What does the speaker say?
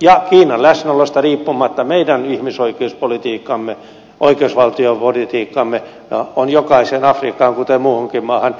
ja kiinan läsnäolosta riippumatta meidän ihmisoikeuspolitiikkamme oikeusvaltiopolitiikkamme täytyy olla jokaiseen niin afrikkalaiseen kuin muuhunkin maahan